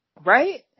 right